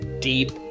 Deep